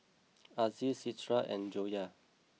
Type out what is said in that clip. Aziz Citra and Joyah